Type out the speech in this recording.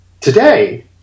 Today